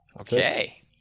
Okay